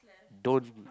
don't